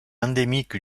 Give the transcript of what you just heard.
endémique